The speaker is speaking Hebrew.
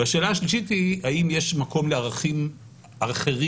והשלישית היא האם יש מקום לערכים אחרים